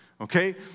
okay